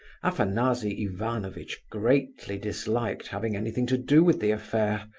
afanasy ivanovitch greatly disliked having anything to do with the affair,